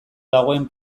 dagoen